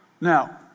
Now